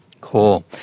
Cool